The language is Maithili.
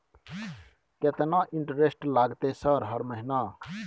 केतना इंटेरेस्ट लगतै सर हर महीना?